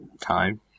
time